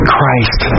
Christ